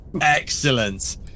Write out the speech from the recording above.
Excellent